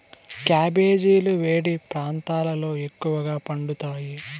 క్యాబెజీలు వేడి ప్రాంతాలలో ఎక్కువగా పండుతాయి